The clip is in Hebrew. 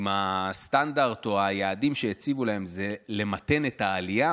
אם הסטנדרט או היעדים שהציבו להם הם למתן את העלייה